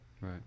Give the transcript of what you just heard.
right